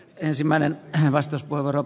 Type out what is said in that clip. ensimmäinen tuovat